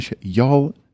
y'all